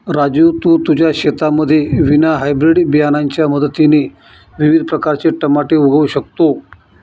राजू तू तुझ्या शेतामध्ये विना हायब्रीड बियाणांच्या मदतीने विविध प्रकारचे टमाटे उगवू शकतो